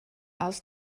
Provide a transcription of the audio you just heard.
aus